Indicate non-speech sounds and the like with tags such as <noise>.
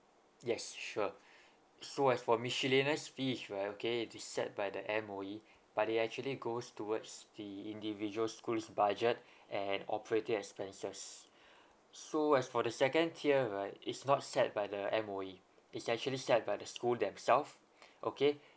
yes sure <breath> so as for miscellaneous fees right okay it is set by the M_O_E but it actually goes towards the individual school's budget and operating expenses <breath> so as for the second tier right it's not set by the M_O_E it's actually set by the school themselves okay